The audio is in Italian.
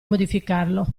modificarlo